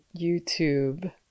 YouTube